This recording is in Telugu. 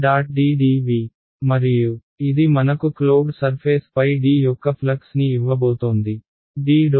D dv మరియు ఇది మనకు క్లోజ్డ్ సర్ఫేస్పై D యొక్క ఫ్లక్స్ని ఇవ్వబోతోంది D